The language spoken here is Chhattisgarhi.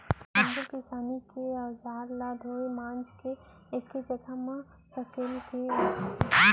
सब्बो किसानी के अउजार ल धोए मांज के एके जघा म सकेल के राखथे